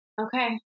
Okay